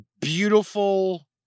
beautiful